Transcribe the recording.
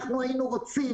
אנחנו היינו רוצים,